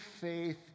faith